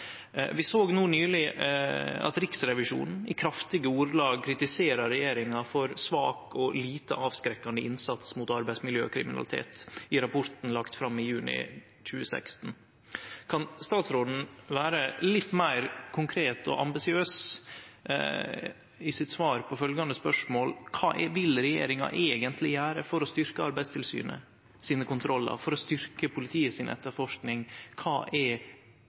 Vi såg no nyleg at Riksrevisjonen i kraftige ordelag kritiserte regjeringa for «svak og lite avskrekkende innsats mot arbeidsmiljøkriminalitet», i rapporten lagd fram i juni 2016. Kan statsråden vere litt meir konkret og ambisiøs i sitt svar på følgjande spørsmål: Kva vil regjeringa eigentleg gjere for å styrkje Arbeidstilsynet sine kontrollar og for å styrkje politiet si etterforsking? Kva er